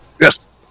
Yes